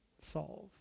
solve